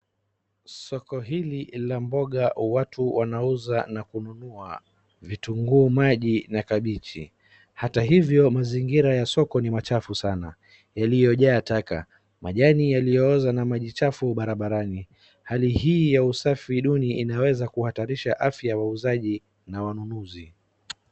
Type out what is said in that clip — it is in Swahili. Soko hili la mboga watu wanauza na kunua vitunguu maji na kabichi, hata hivyo mazingira ya soko ni machafu sana yaliyojaa taka, majani yaliyooza na maji chafu barabarani. Hali hii ya usafi duni inaweza kuhatarisha afya ya wauzaji na wanunuzi.